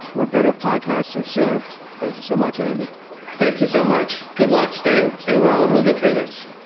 we're better. podcasts are served. thank you so much, andy thank you so much. good luck. stay. stay. well, and we'll get through this